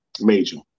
major